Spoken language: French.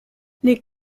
les